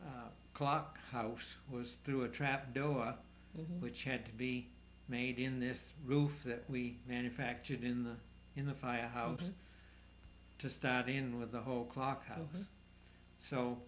clock house was through a trap door which had to be made in this roof that we manufactured in the in the firehouse to stand in with the whole clock so